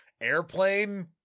Airplane